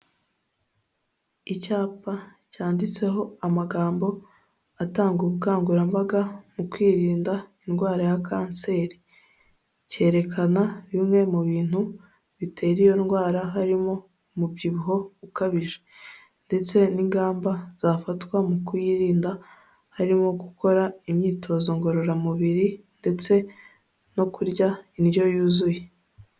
Icyapa cyanditseho amagambo atanga ubukangurambaga mu kwirinda indwara ya kanseri, cyerekana bimwe mu bintu bitera iyo ndwara, harimo umubyibuho ukabije ndetse n'ingamba zafatwa mu kuyirinda, harimo gukora imyitozo ngororamubiri ndetse no kurya indyo yuzuye.